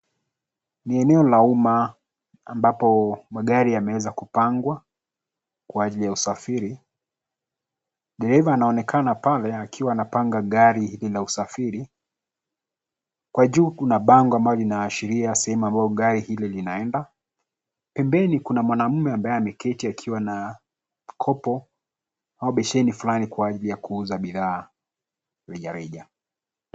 Ni eneo la umma ambapo magari yameweza kupangwa kwa ajili ya usafiri. Dereva anaonekana pale akiwa anapanga gari la usafiri. Kwa juu, kuna bango ambalo linaashiria sehemu ambayo gari hili linaenda. Pembeni, kuna mwanaume ambaye ameketi akiwa na kopo ama besheni flani kwa ajili ya kuuza bidhaa rejareja.